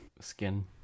skin